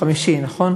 חמישי, נכון?